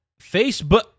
Facebook